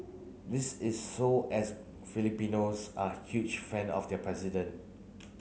this is so as Filipinos are huge fan of their president